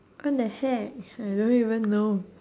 what the heck I don't even know